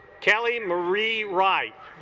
kelly marie right